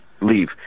leave